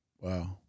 Wow